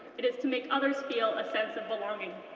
it is to make others feel a sense of belonging.